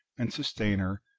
and sustainer,